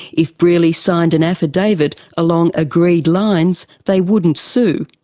if brearley signed an affidavit along agreed lines, they wouldn't sue.